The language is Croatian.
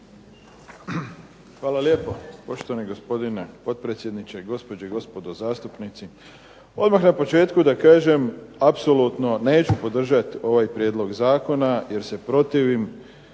Hvala lijepo. Poštovani gospodine potpredsjedniče, gospođe i gospodo zastupnici. Odmah na početku da kažem apsolutno neću podržati ovaj prijedlog zakona jer se protivim